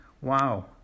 wow